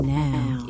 now